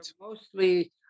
mostly